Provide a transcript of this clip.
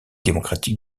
démocratique